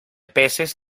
peces